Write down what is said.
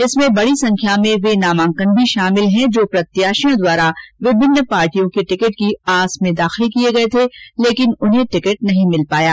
इसमें बडी संख्या में वे नामांकन भी शामिल हैं जो प्रत्याषियों द्वारा विभिन्न पार्टियों की टिकट की आस में दाखिल किये थे लेकिन उन्हें टिकट नहीं मिल पाया